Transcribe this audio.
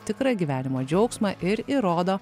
tikrą gyvenimo džiaugsmą ir įrodo